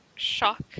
Shock